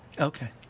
Okay